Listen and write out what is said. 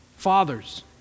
Fathers